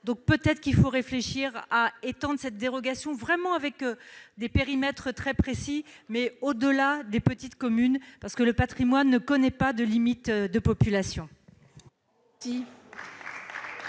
Peut-être faut-il donc réfléchir à étendre cette dérogation, dans des périmètres très précis, au-delà des petites communes, car le patrimoine ne connaît pas de limites de population.